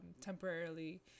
temporarily